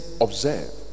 Observe